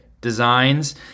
designs